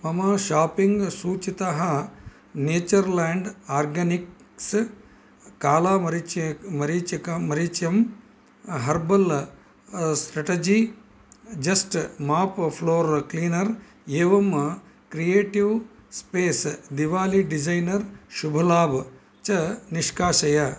मम शापिङ्ग सूचीतः Nature Land Organics काला मरीचि मरीचिका मरीच्यम् herbal strategy just mop floor cleaner एवं creative space Diwali designer Shubh Labh च निष्काशय